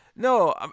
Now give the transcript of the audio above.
No